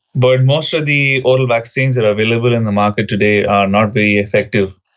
but most of the oral vaccines that are available on the market today are not very effective,